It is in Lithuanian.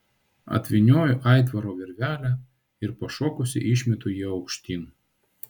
atvynioju aitvaro virvelę ir pašokusi išmetu jį aukštyn